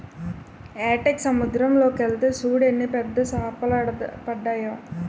ఏటకి సముద్దరం లోకెల్తే సూడు ఎన్ని పెద్ద సేపలడ్డాయో